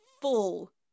full